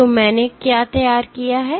तो मैंने क्या तैयार किया है